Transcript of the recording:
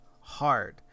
hard